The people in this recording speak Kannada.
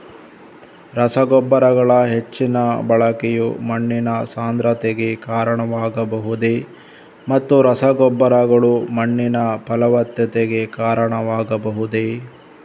ರಸಗೊಬ್ಬರಗಳ ಹೆಚ್ಚಿನ ಬಳಕೆಯು ಮಣ್ಣಿನ ಸಾಂದ್ರತೆಗೆ ಕಾರಣವಾಗಬಹುದೇ ಮತ್ತು ರಸಗೊಬ್ಬರಗಳು ಮಣ್ಣಿನ ಫಲವತ್ತತೆಗೆ ಕಾರಣವಾಗಬಹುದೇ?